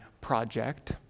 project